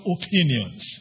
opinions